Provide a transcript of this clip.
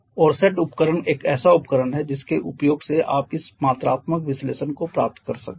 Orsat उपकरण एक ऐसा उपकरण है जिसके उपयोग से आप इस मात्रात्मक विश्लेषण को प्राप्त कर सकते हैं